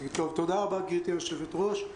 תודה רבה, גברתי היושבת-ראש.